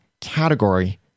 category